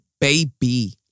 baby